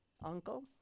uncle